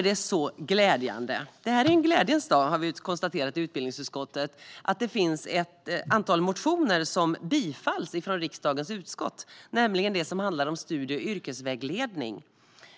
Detta är en glädjens dag, har vi konstaterat i utbildningsutskottet. Det är glädjande att det finns ett antal motioner som tillstyrks av riksdagens utskott, nämligen de som handlar om studie och yrkesvägledning.